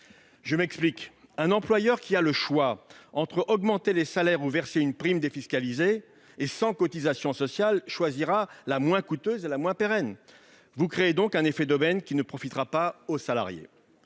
Je m'explique : un employeur qui a le choix entre augmenter les salaires ou verser une prime défiscalisée et sans cotisations sociales choisira la solution la moins coûteuse et la moins pérenne. Vous créez donc un effet d'aubaine qui ne bénéficiera pas aux salariés.